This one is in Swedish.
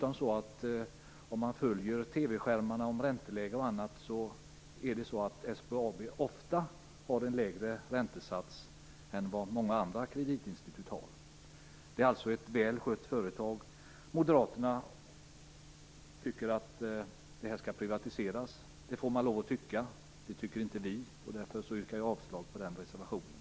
Om man följer TV skärmarnas uppgifter om ränteläge osv. finner man dessutom att SBAB ofta har en lägre räntesats än vad många andra kreditinstitut har. Det är alltså ett väl skött företag. Moderaterna tycker att det skall privatiseras. Det får man lov att tycka, men så tycker inte vi, och jag yrkar därför avslag på reservationen.